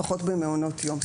לפחות במעונות יום.